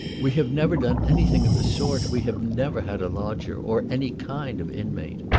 we have never done anything of the sort we have never had a lodger or any kind of inmate.